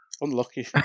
Unlucky